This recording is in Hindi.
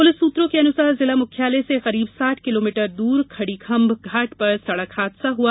पुलिस सूत्रों के अनुसार जिला मुख्यालय से करीब साठ किलोमीटर दूर खडीखंभ घाट पर सड़क हादसा हुआ